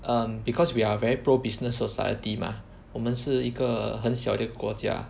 um because we are very pro business society mah 我们是一个很小的国家